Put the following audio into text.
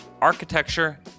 architecture